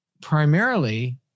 primarily